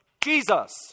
Jesus